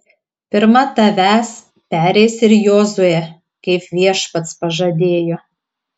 pirma tavęs pereis ir jozuė kaip viešpats pažadėjo